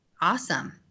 awesome